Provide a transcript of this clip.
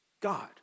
God